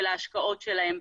של ההשקעות שלהם.